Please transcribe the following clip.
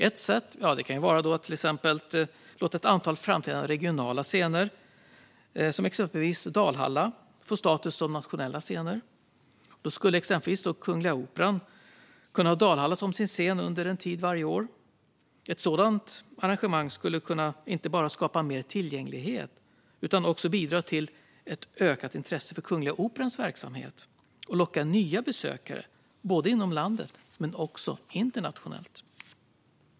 Ett sätt kan vara att låta ett antal framträdande regionala scener, som exempelvis Dalhalla, få status som nationella scener. Då skulle exempelvis Kungliga Operan kunna ha Dalhalla som sin scen under en tid varje år. Ett sådant arrangemang skulle inte bara skapa mer tillgänglighet utan också bidra till ett ökat intresse för Kungliga Operans verksamhet och locka nya besökare, både inom landet och internationellt.